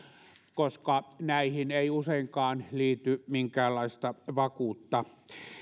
koska näihin ei useinkaan liity minkäänlaista vakuutta